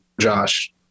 Josh